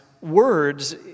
words